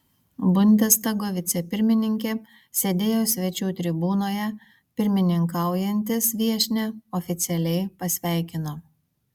bundestago vicepirmininkė sėdėjo svečių tribūnoje pirmininkaujantis viešnią oficialiai pasveikino